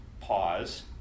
Pause